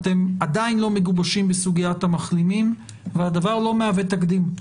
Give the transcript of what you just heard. אתם עדיין לא מגובשים בסוגיית המחלימים והדבר לא מהווה תקדים.